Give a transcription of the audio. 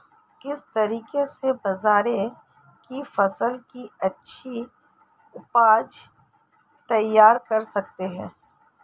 किस तरीके से बाजरे की फसल की अच्छी उपज तैयार कर सकते हैं?